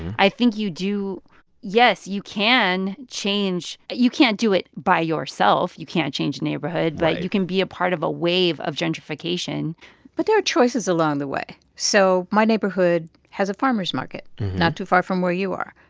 i think you do yes, you can change you can't do it by yourself, you can't change the neighborhood right but you can be a part of a wave of gentrification but there are choices along the way. so my neighborhood has a farmers market not too far from where you are.